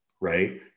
right